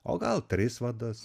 o gal tris vadas